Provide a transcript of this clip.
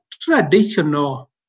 traditional